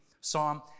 Psalm